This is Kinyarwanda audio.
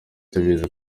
tubizi